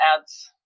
adds